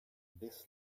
this